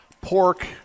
pork